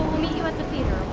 meet you at the theater,